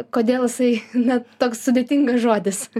kodėl jisai na toks sudėtingas žodis